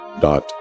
dot